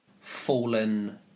fallen